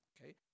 Okay